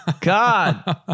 God